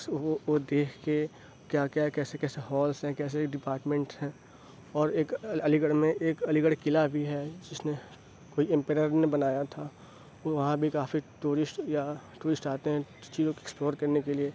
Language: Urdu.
اُس وہ وہ دیکھ کے کیا کیا کیسے کیسے ہالس ہیں کیسے ڈپارٹمنٹ ہیں اور ایک علی علی گڑھ میں ایک علی گڑھ قلعہ بھی ہے جس نے کوئی امپرر نے بنایا تھا وہاں بھی کافی ٹورسٹ یا ٹورسٹ آتے ہیں چیزوں کو ایکسپلور کرنے کے لیے